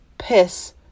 piss